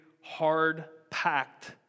hard-packed